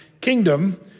kingdom